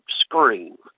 scream